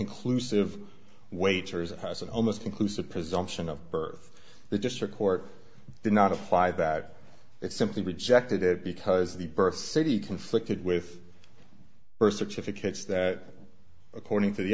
conclusive wagers as an almost conclusive presumption of birth the district court did not apply that it simply rejected it because the birth city conflicted with birth certificates that according to the